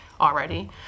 already